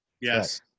Yes